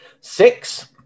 Six